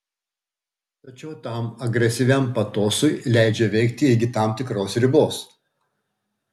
tačiau tam agresyviam patosui leidžia veikti iki tam tikros ribos